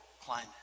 climate